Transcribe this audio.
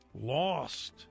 lost